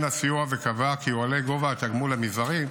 הסיוע וקבעה כי יועלה גובה התגמול המזערי.